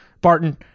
Barton